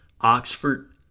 Oxford